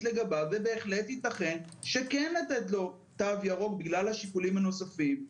לגביו ובהחלט יתכן שכן לתת לו תו ירוק בגלל השיקולים הנוספים.